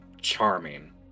charming